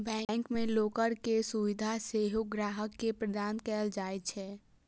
bank मे locker के सुविधा सेहो ग्राहक के प्रदान कैल जाइ छै